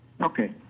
Okay